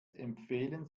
empfehlen